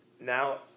Now